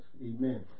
Amen